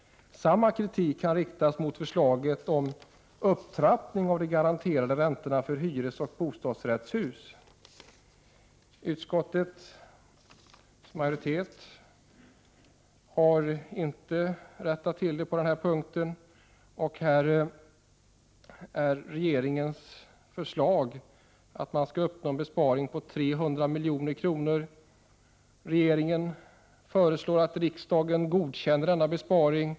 Samma kritik kan riktas mot förslaget om upptrappning av de garanterade räntorna för hyresoch bostadsrättshus. Utskottets majoritet har inte rättat till det på den här punkten. Regeringens förslag är att man skall uppnå en besparing på 300 milj.kr. Regeringen föreslår att riksdagen skall godkänna dessa besparingar.